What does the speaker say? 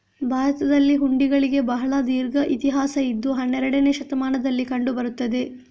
ಭಾರತದಲ್ಲಿ ಹುಂಡಿಗಳಿಗೆ ಬಹಳ ದೀರ್ಘ ಇತಿಹಾಸ ಇದ್ದು ಹನ್ನೆರಡನೇ ಶತಮಾನದಲ್ಲಿ ಕಂಡು ಬರುತ್ತದೆ